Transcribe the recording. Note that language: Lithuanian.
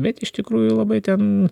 bet iš tikrųjų labai ten